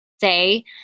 say